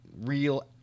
real